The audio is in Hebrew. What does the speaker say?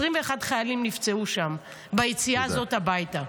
21 חיילים נפצעו שם ביציאה הזו הביתה.